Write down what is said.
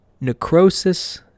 necrosis